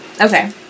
Okay